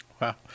wow